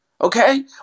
okay